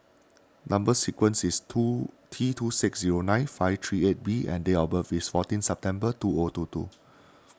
Number Sequence is two T two six zero nine five three eight B and date of birth is fourteen September two O two two